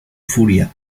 furia